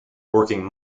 working